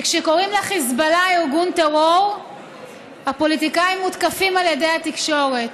כשקוראים לחיזבאללה ארגון טרור הפוליטיקאים מותקפים על ידי התקשורת.